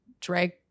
drag